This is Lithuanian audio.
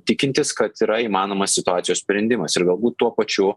tikintis kad yra įmanomas situacijos sprendimas ir galbūt tuo pačiu